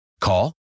Call